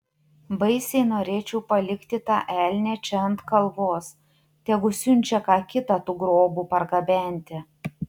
baisiai norėčiau palikti tą elnią čia ant kalvos tegu siunčia ką kitą tų grobų pargabenti